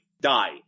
die